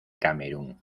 camerún